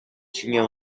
tinha